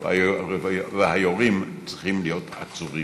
והיורים צריכים להיות עצורים.